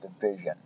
division